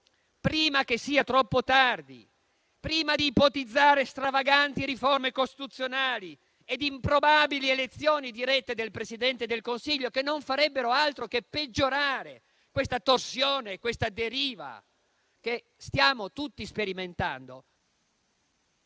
prima che sia troppo tardi e prima di ipotizzare stravaganti riforme costituzionali e improbabili elezioni dirette del Presidente del Consiglio, che non farebbero altro che peggiorare la torsione e la deriva che stiamo tutti sperimentando...